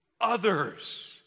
Others